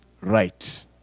right